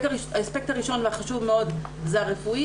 האספקט הראשון והחשוב מאד זה הרפואי,